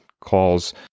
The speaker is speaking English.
calls